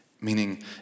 Meaning